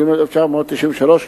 אדוני היושב-ראש, אדוני השר,